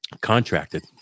contracted